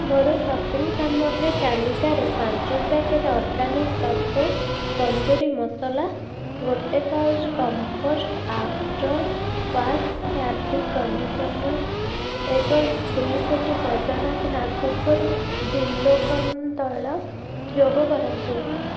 ମୋର ସପିଂ ସାମଗ୍ରୀ ତାଲିକାରେ ପାଞ୍ଚ ପ୍ୟାକେଟ୍ ଅର୍ଗାନିକ୍ ତତ୍ତ୍ଵ ତନ୍ଦୁରି ମସଲା ଗୋଟେ pouch comfort after wash fabric conditioner ଏବଂ ଦୁଇ ପେଟି ବୈଦ୍ୟନାଥ ନାଗପୁର ବିଲ୍ୱ କର୍ଣ୍ଣ ତୈଳ ଯୋଗ କରନ୍ତୁ